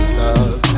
love